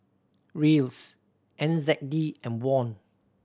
Riels N Z D and Won